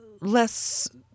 less